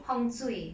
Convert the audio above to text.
hong zhui